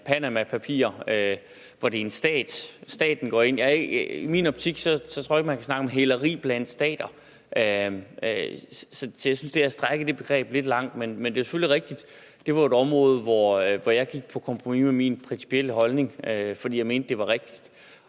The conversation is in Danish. Panamapapirer, hvor det er en stat, der går ind, med hæleri. I min optik kan man ikke snakke om hæleri blandt stater, så jeg synes, det er at strække det begreb lidt langt. Men det er selvfølgelig rigtigt, at det jo var et område, hvor jeg gik på kompromis med min principielle holdning, fordi jeg mente, det var rigtigst.